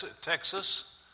Texas